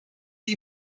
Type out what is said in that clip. sie